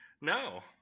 No